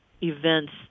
events